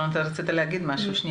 רוני, רצית להגיד משהו.